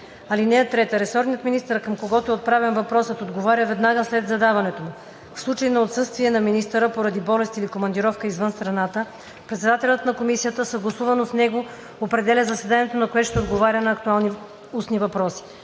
въпроса. (3) Ресорният министър, към когото е отправен въпросът, отговаря веднага след задаването му. В случай на отсъствие на министъра поради болест или командировка извън страната, председателят на комисията съгласувано с него определя заседанието, на което ще отговаря на актуални устни въпроси.